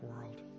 world